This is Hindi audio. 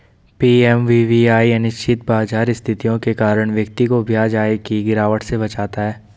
पी.एम.वी.वी.वाई अनिश्चित बाजार स्थितियों के कारण व्यक्ति को ब्याज आय की गिरावट से बचाता है